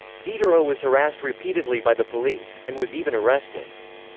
diderot was harassed repeatedly by the police, and was even arrested.